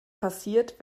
passiert